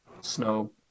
snow